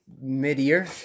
mid-year